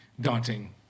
daunting